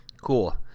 Cool